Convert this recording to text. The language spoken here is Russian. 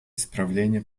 исправления